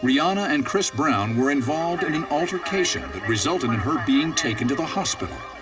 rihanna and chris brown were involved in an altercation that resulted in her being taken to the hospital.